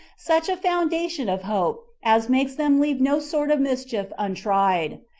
such a foundation of hope, as makes them leave no sort of mischief untried.